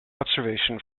observation